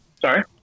Sorry